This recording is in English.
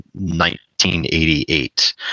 1988